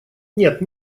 нет